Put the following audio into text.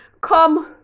Come